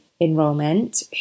enrolment